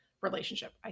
relationship